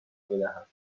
بدهم